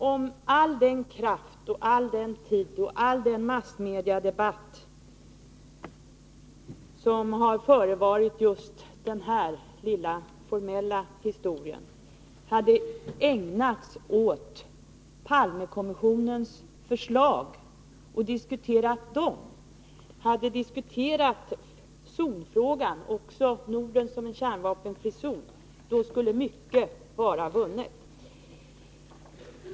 Om all den kraft, all den tid och all den massmediadebatt som ägnats just denna lilla formella historia hade ägnats åt Palmekommissionens förslag så att man hade diskuterat zonfrågan och även frågan om Norden som en kärnvapenfri zon, då skulle mycket vara vunnet.